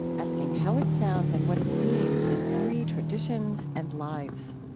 asking how it sounds and what it means in three traditions and lives